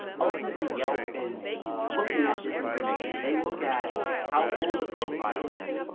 ultimately yelp is looking at this information. they look at how old the profile is.